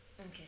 Okay